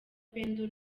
pendo